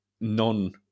non